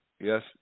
Yes